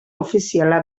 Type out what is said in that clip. ofiziala